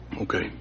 Okay